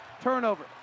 Turnover